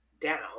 down